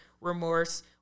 remorse